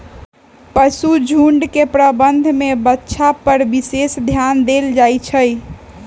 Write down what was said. पशुझुण्ड के प्रबंधन में बछा पर विशेष ध्यान देल जाइ छइ